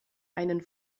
einen